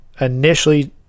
initially